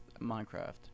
Minecraft